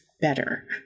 Better